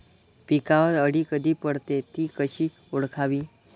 पिकावर अळी कधी पडते, ति कशी ओळखावी?